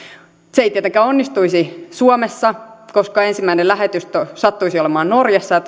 se ei tietenkään onnistuisi suomessa koska ensimmäinen lähetystö sattuisi olemaan norjassa